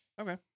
Okay